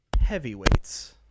heavyweights